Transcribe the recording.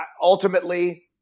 Ultimately